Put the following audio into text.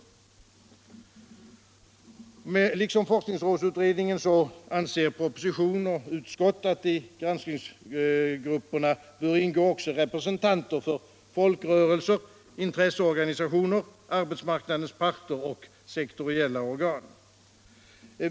I likhet med forskningsrådsutredningen anser propositionen och utskottet att det i granskningsgrupperna bör ingå representanter för folkrörelser, intresseorganisationer, arbetsmarknadens parter och sektoriella organ.